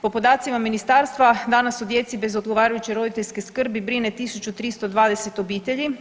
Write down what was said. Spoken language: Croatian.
Po podacima ministarstva danas se o djeci bez odgovarajuće roditeljske skrbi brine 1.320 obitelji.